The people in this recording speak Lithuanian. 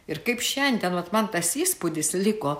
ir kaip šiandien man tas įspūdis liko